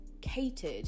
catered